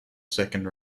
second